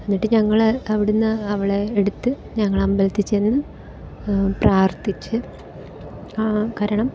എന്നിട്ട് ഞങ്ങൾ അവിടുന്ന് അവളെ എടുത്ത് ഞങ്ങൾ അമ്പലത്തിൽ ചെന്ന് പ്രാർത്ഥിച്ചു കാരണം